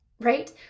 right